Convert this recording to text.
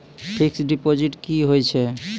Fixed deposit की होय छै?